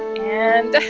and